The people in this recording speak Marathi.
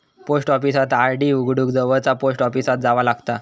पोस्ट ऑफिसात आर.डी उघडूक जवळचा पोस्ट ऑफिसात जावा लागता